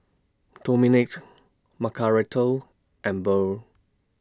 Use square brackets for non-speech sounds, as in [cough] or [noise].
Domenic [unintelligible] Margaretha and Burr